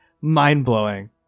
mind-blowing